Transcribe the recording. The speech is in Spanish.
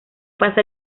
pasa